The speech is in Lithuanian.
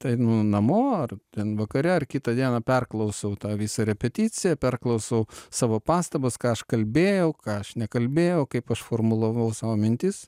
tai nu namo ar ten vakare ar kitą dieną perklausau tą visą repeticiją perklausau savo pastabas ką aš kalbėjau ką aš nekalbėjau kaip aš formulavau savo mintis